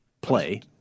play